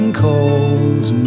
calls